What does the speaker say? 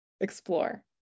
explore